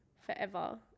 forever